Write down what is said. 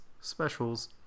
specials